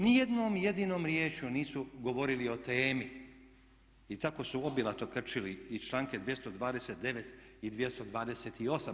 Nijednom jedinom riječju nisu govorili o temi i tako su obilato krčili i članke 229. i 228.